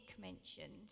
mentioned